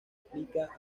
aplica